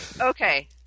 Okay